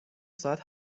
ساعت